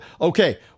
okay